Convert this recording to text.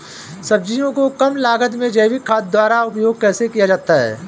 सब्जियों को कम लागत में जैविक खाद द्वारा उपयोग कैसे किया जाता है?